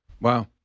Wow